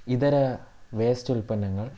ഇതര വേസ്റ്റ് ഉൽപ്പന്നങ്ങൾ